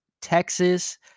Texas